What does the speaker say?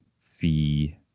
fee